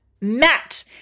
Matt